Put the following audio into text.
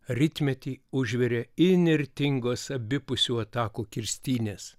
rytmetį užvirė įnirtingos abipusių atakų kirstynės